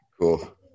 Cool